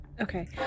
Okay